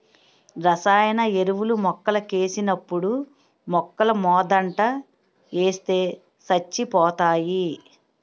రసాయన ఎరువులు మొక్కలకేసినప్పుడు మొక్కలమోదంట ఏస్తే సచ్చిపోతాయి